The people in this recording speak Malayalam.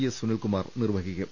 എസ് സുനിൽകു മാർ നിർവഹിക്കും